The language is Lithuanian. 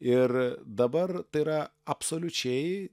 ir dabar tai yra absoliučiai